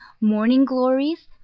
morning-glories